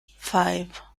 five